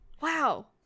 Wow